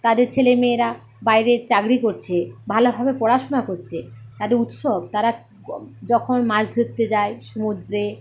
তাদের ছেলে মেয়েরা বাইরে চাকরি করছে ভালোভাবে পড়াশুনা করছে তাদের উৎসব তারা যখন মাছ ধরতে যায় সমুদ্রে